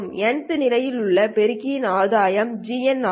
Nth நிலையில் உள்ள பெருக்கியின் ஆதாயம் GN ஆகும்